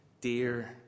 dear